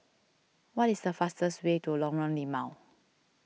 what is the fastest way to Lorong Limau